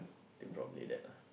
think probably that ah